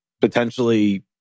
potentially